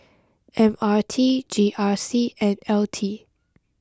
M R T G R C and L T